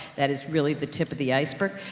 that is really the tip of the iceberg.